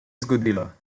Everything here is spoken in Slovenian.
zgodilo